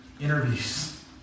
interviews